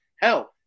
Hell